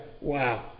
wow